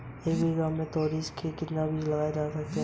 एक बीघा में तोरियां का कितना बीज लगता है?